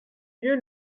lieu